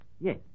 Yes